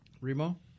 Remo